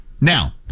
Now